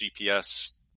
GPS